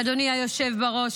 אדוני היושב בראש,